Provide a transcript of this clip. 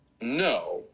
No